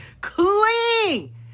clean